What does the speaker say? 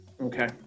Okay